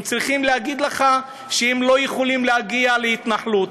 הם צריכים להגיד לך שהם לא יכולים להגיע להתנחלות.